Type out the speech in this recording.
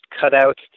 cutout